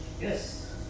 Yes